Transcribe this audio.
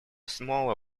smaller